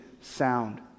sound